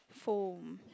foam